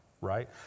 right